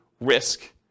risk